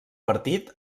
partit